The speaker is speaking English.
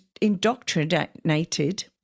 indoctrinated